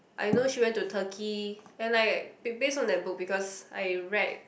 I know she went to Turkey and like ba~ based on that book because I read